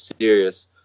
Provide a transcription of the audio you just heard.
serious